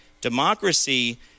Democracy